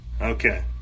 okay